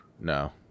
No